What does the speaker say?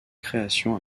création